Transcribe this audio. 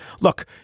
Look